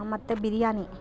ಮತ್ತು ಬಿರಿಯಾನಿ